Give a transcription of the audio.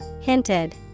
Hinted